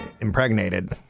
impregnated